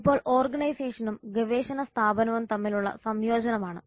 ഇപ്പോൾ ഓർഗനൈസേഷനും ഗവേഷണ സ്ഥാപനവും തമ്മിലുള്ള സംയോജനമാണ്